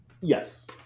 Yes